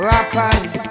Rappers